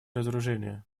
разоружения